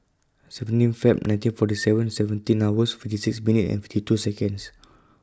seventeen Feb nineteen fortyseven seventeen hours fifty six minute and fifty two Seconds